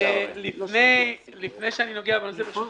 לפני שאני נוגע בהצעת החוק,